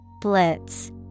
Blitz